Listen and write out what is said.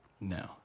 No